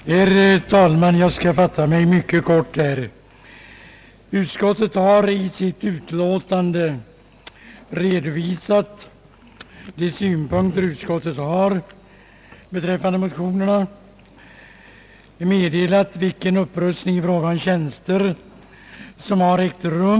Herr talman! Jag skall fatta mig mycket kort. I utlåtandet redovisas de synpunkter utskottet har beträffande motionerna. Man redogör för den upprustning i fråga om tjänster som har ägt rum.